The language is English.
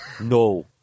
No